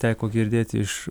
teko girdėti iš